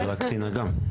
אני קצין אג"מ.